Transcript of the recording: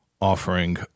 offering